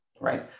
right